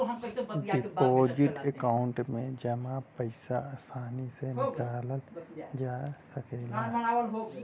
deposit account में जमा पइसा आसानी से निकालल जा सकला